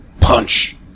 Punch